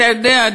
אתה יודע,